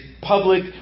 public